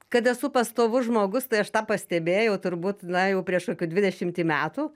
kad esu pastovus žmogus tai aš tą pastebėjau turbūt na jau prieš kokį dvidešimtį metų